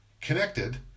Connected